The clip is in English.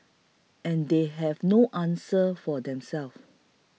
and they have no answer for themselves